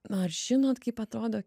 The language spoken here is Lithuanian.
na ar žinot kaip atrodo